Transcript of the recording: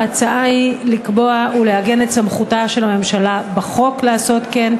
ההצעה היא לקבוע ולעגן את סמכותה של הממשלה בחוק לעשות כן,